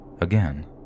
Again